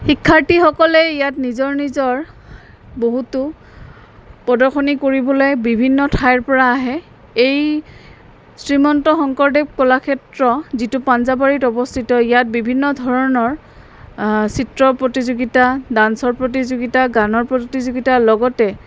শিক্ষাৰ্থীসকলে ইয়াত নিজৰ নিজৰ বহুতো প্ৰদৰ্শনী কৰিবলৈ বিভিন্ন ঠাইৰপৰা আহে এই শ্ৰীমন্ত শংকৰদেৱ কলাক্ষেত্ৰ যিটো পাঞ্জাৱাৰীত অৱস্থিত ইয়াত বিভিন্ন ধৰণৰ চিত্ৰ প্ৰতিযোগিতা ডান্সৰ প্ৰতিযোগিতা গানৰ প্ৰতিযোগিতাৰ লগতে